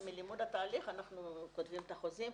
שמלימוד התהליך אנחנו כותבים את החוזים,